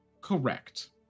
Correct